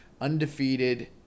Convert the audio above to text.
undefeated